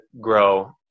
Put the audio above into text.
grow